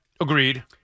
Agreed